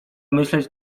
myśleć